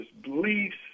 beliefs